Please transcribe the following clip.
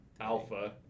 Alpha